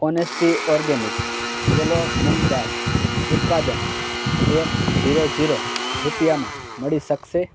honesty organic yellow moong dal ઉત્પાદન એક zero zero રૂપિયામાં મળી શકશે